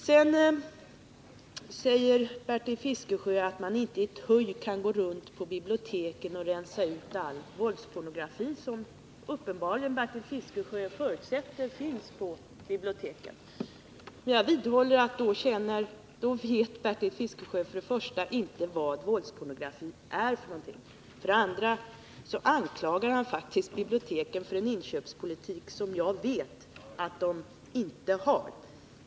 Bertil Fiskesjö sade att man inte kan gå runt på alla våra bibliotek och i ett huj rensa ut all våldspornografi — vilken Bertil Fiskesjö uppenbarligen förutsätter finns på biblioteken. Jag vidhåller med anledning av det för det första att Bertil Fiskesjö uppenbarligen inte vet vad våldspornografi är för något. För det andra anklagar han faktiskt biblioteken för en inköpspolitik som jag vet att de inte har.